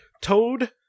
Toad